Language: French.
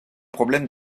problèmes